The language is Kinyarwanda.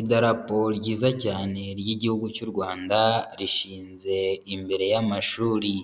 Idarapo ryiza cyane ry'igihugu cy'u Rwanda, rishinze imbere y'amashuri.